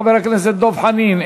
חבר הכנסת דב חנין,